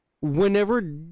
Whenever